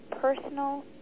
personal